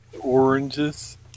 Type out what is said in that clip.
oranges